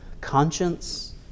conscience